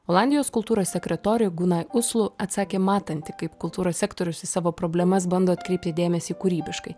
olandijos kultūros sekretorė gunay uslu atsakė matanti kaip kultūros sektorius į savo problemas bando atkreipti dėmesį kūrybiškai